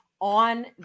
on